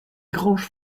granges